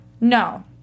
No